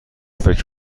فکر